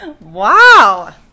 Wow